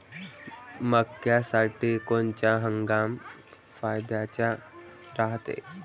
मक्क्यासाठी कोनचा हंगाम फायद्याचा रायते?